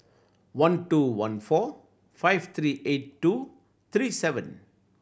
one two one four five three eight two three seven